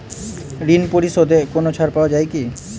ঋণ পরিশধে কোনো ছাড় পাওয়া যায় কি?